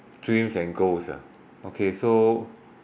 dreams and goals ah okay so